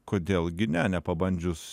kodėl gi ne nepabandžius